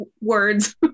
words